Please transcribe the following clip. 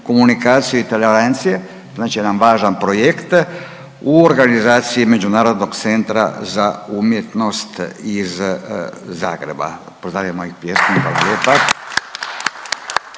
komunikacije i intervencije, znači jedan važan projekt u organizaciji Međunarodnog centra za umjetnost iz Zagreba. Pozdravimo ih pljeskom. Hvala